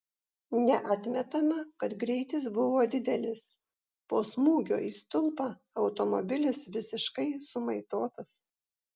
neatmetama kad greitis buvo didelis po smūgio į stulpą automobilis visiškai sumaitotas